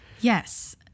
Yes